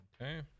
Okay